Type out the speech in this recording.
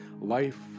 life